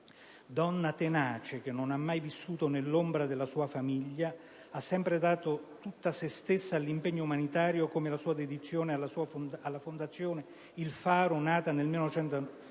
Donna tenace, che non ha mai vissuto all'ombra della sua famiglia, ha sempre dato tutta se stessa all'impegno umanitario, come la sua dedizione alla Fondazione Il Faro, nata nel 1997